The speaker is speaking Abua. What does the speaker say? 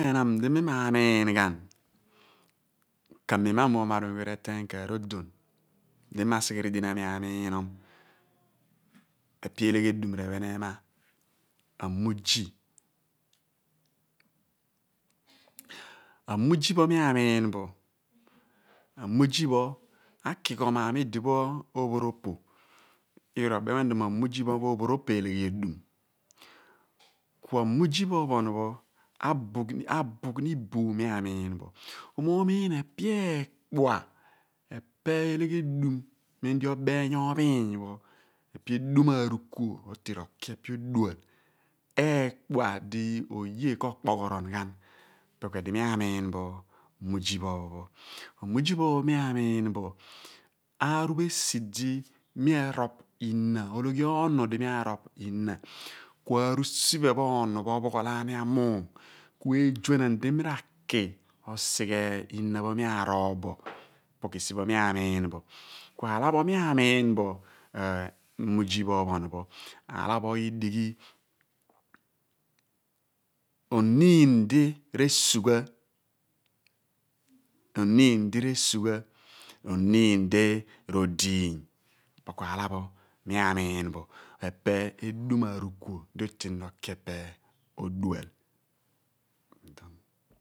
Ehnam di mi miin ghan ka mem amuen uumar bo imi ku eru eteeny k'arodon di mi ma sighe rudien ami aminom epe eley hedum r ephen ehma amuzi amuzi pho akigb maam idipho ophoropo yoor r'obem ghan iduon mo amuzi pho po ophoropo eleghedum ku amuzi pho phon pho abugh ni iboom mi aamiin bo mi umin epe eekpua epe ologhi edum mem di obeeny ophiiny pho epe edum arukwo oten r'oki epe odual eekpua di oye ko/kpoghoron ghan epe ku edi mi amiin bo muzi pho ophon pho a'muzi pho mi amiin bo aaru esi di mi aroph ihna ologhi oonu di mi aroph ihna ku aaru siphe pho ophughol ani amuum ku ezuanaan di mi ra ki osighe ihna pho mi aoph bo ku esi pho mi amiin bo ku aala pho mi amiin bo muzi pho ophon pho aala pho idighi oniin di r'esiugha oniin di r'odiiny ku aala pho mi ammin bo epe edum arukwo di oten r'oki epe odual